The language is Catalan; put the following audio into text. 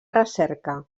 recerca